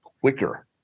quicker